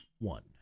one